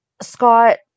Scott